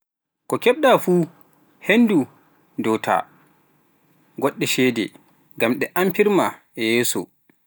ko keɓɗa fuu henndu ndotoɗa, ngoɗɗe shede ngam ɗe amfirma e yeeso.